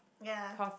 ya